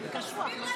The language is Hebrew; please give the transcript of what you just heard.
זה קשוח.